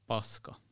Paska